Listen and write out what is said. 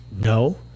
No